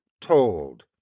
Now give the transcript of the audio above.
TOLD